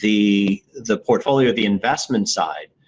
the the portfolio, the investment side,